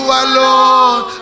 alone